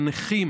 של נכים